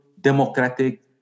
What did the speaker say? democratic